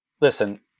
listen